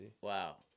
wow